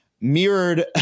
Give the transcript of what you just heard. mirrored